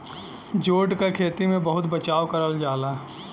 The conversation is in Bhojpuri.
जूट क खेती में बहुत बचाव करल जाला